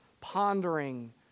pondering